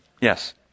Yes